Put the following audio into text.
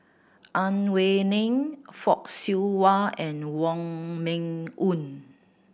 Ang Wei Neng Fock Siew Wah and Wong Meng Voon